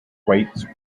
waits